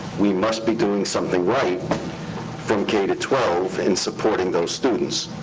we must be doing something right from k to twelve in supporting those students.